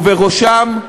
ובראשן,